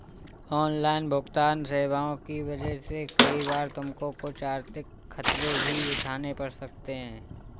online भुगतन्न सेवाओं की वजह से कई बार तुमको कुछ आर्थिक खतरे भी उठाने पड़ सकते हैं